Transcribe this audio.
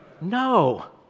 No